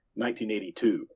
1982